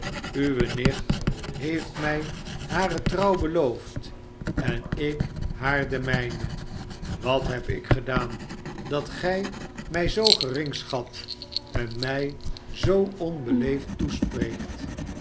uwe nicht heeft mij hare trouw beloofd en ik haar de mijne wat heb ik gedaan dat gij mij zoo gering schat en mij zoo onbeleefd toespreektf